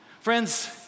Friends